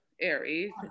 Aries